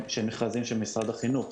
מכרזים של משרד החינוך.